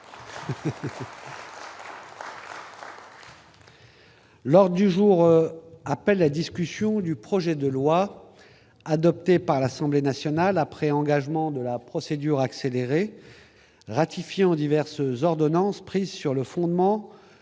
L'ordre du jour appelle la discussion du projet de loi, adopté par l'Assemblée nationale après engagement de la procédure accélérée, ratifiant diverses ordonnances prises sur le fondement